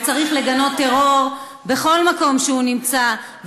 צריך לגנות טרור בכל מקום שהוא נמצא,